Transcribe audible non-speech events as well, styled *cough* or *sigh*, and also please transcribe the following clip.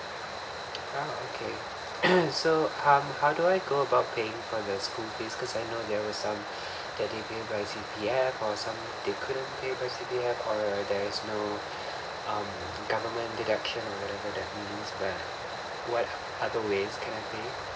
I'm okay *coughs* so um how do I go about paying for the school fees because I know there were some they could pay via C_P_F or some they could have pay by C_P_F or there is no um government deduction or whatever that means but what other ways can I pay